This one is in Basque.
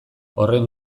horren